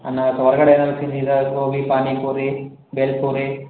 ಅನ್ನ ಹೊರಗಡೆ ಏನಾದರೂ ತಿಂದಿದ್ದಾ ಗೋಬಿ ಪಾನಿಪುರಿ ಭೇಲ್ ಪುರಿ